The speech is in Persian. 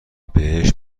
بهشت